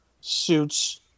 Suits